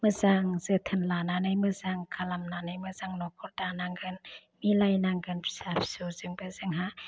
मोजां जोथोन लानानै मोजां खालामनानै मोजां नखर दानांगोन मिलायनांगोन फिसा फिसौजोंबो जोंहा